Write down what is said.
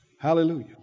hallelujah